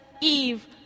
Eve